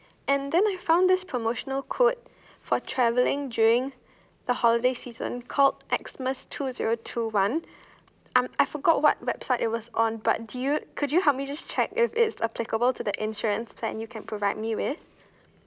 and then I found this promotional quote for traveling during the holiday season called X mas two zero two one I'm I forgot what website it was on but do you could you help me just check if it's applicable to the insurance plan you can provide me with